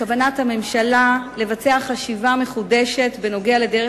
בכוונת הממשלה לבצע חשיבה מחודשת בנוגע לדרך